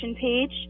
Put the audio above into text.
page